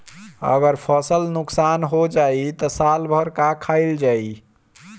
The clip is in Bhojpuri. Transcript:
अगर फसल नुकसान हो जाई त साल भर का खाईल जाई